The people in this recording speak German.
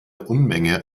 unmenge